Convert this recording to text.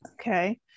Okay